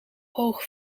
hoog